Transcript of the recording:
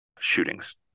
shootings